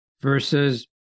versus